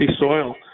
soil